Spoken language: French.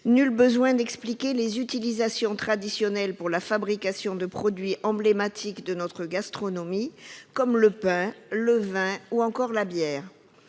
Nul besoin d'expliquer les utilisations traditionnelles pour la fabrication de produits emblématiques de notre gastronomie, comme le pain, le vin, ou encore la bière.